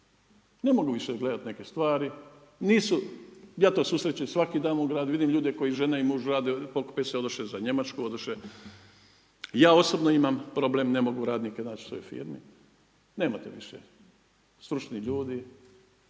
Ne mogu više gledati neke stvari. Nisu, ja to susrećem svaki dan u gradu. Vidim ljude koji žena i muž rade, pokupe se odoše za Njemačku, odoše. Ja osobno imamo problem, ne mogu radnike naći u svojoj firmi. Nemate više stručnih ljudi.